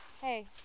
Hey